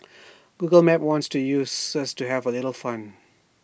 Google maps wants to use Sirs to have A little fun